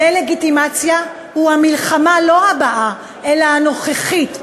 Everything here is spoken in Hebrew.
הדה-לגיטימציה היא המלחמה, לא הבאה, אלא הנוכחית.